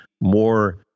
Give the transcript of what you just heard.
more